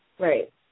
Right